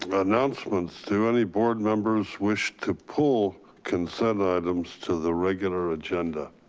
but announcements, do any board members wish to pull consent items to the regular agenda?